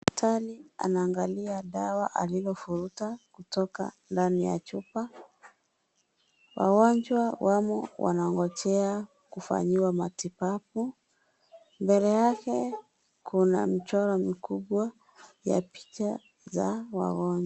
Daktari anaangalia dawa alilovuruta kutoka ndani ya chupa. Wagonjwa wamo wanaongojea kufanyiwa matibabu. Mbele yake kuna mchoro mkubwa ya picha za wagonjwa.